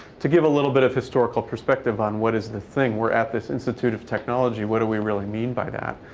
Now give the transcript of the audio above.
to give a little bit of historical perspective on what is the thing. we're at this institute of technology what do we really mean by that?